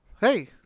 Hey